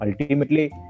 Ultimately